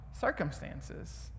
circumstances